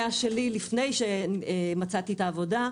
עוד לפני שמצאתי את העבודה,